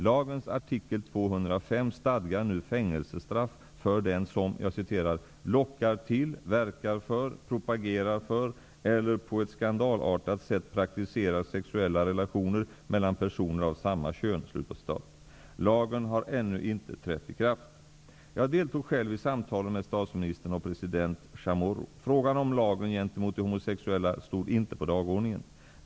Lagens artikel 205 stadgar nu fängelsestraff för den som ''lockar till, verkar för, propagerar för eller på ett skandalartat sätt praktiserar sexuella relationer mellan personer av samma kön''. Lagen har ännu inte trätt i kraft. Jag deltog själv i samtalen mellan statsministern och president Chamorro. Frågan om lagen gentemot de homosexuella stod inte på dagordningen.